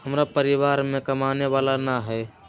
हमरा परिवार में कमाने वाला ना है?